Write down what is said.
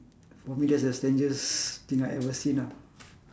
for me that's the strangest thing I ever seen ah